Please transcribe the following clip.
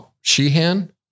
Sheehan